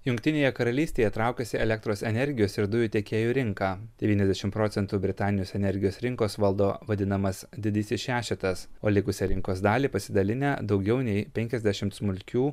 jungtinėje karalystėje traukiasi elektros energijos ir dujų tiekėjų rinka devyniasdešim procentų britanijos energijos rinkos valdo vadinamas didysis šešetas o likusią rinkos dalį pasidalinę daugiau nei penkiasdešimt smulkių